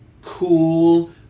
cool